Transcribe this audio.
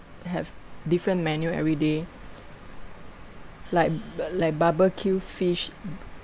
have different menu everyday like like barbeque fish